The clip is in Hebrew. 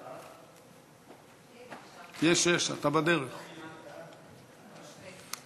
אדוני היושב-ראש, חברי חברי הכנסת, אני מסתכל פה